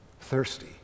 Thirsty